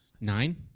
Nine